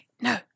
no